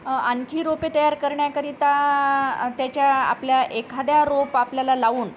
आणखी रोपे तयार करण्याकरिता त्याच्या आपल्या एखाद्या रोप आपल्याला लावून